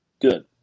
Good